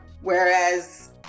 whereas